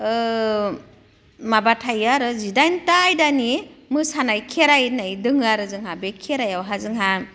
माबा थायो आरो जिदाइनथा आयदानि मोसानाय खेराइ होननाय दोङो आरो जोंहा बे खेरायावहा जोंहा